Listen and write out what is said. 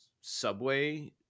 subway